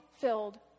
filled